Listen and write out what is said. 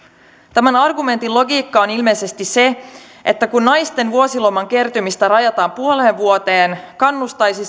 tämän argumentin logiikka on ilmeisesti se että kun naisten vuosiloman kertymistä rajataan puoleen vuoteen kannustaisi